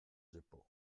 jeppo